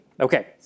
Okay